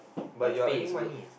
but you're earning money